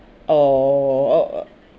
oo uh uh